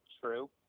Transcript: true